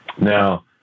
Now